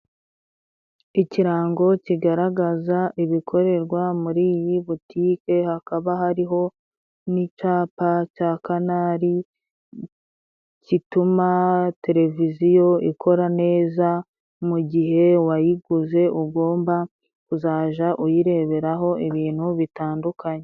Ikirango kigaragaza ibikorerwa muri iyi butike, hakaba hariho n'icyapa cya kanari gituma televiziyo ikora neza mu gihe wayiguze, ugomba kuzajya uyireberaho ibintu bitandukanye.